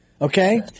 Okay